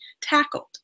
tackled